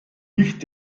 nicht